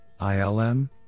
ILM